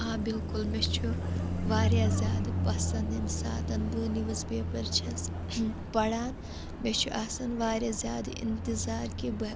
آ بِلکُل مےٚ چھُ واریاہ زیادٕ پسنٛد ییٚمہِ ساتَن بہٕ نِوٕز پیپر چھَس پران مےٚ چھِ آسان واریاہ زیادٕ اِنتظار کہِ بہٕ